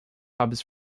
hubs